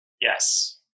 Yes